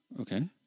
Okay